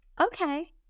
okay